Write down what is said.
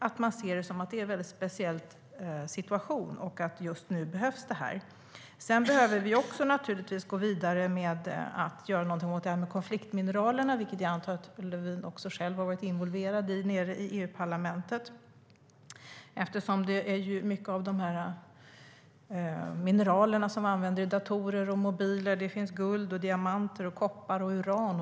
Det är en väldigt speciell situation, och just nu behövs detta. Sedan behöver vi gå vidare och göra något åt detta med konfliktmineralerna, vilket jag antar att Lövin själv varit involverad i nere i EU-parlamentet. I området finns ju många av de mineraler som används i datorer och mobiler, och det finns guld, diamanter, koppar och uran.